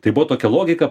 tai buvo tokia logika